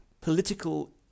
political